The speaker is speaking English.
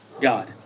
God